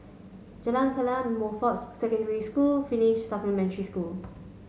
Jalan Chegar Montfort Secondary School Finnish Supplementary School